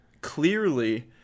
clearly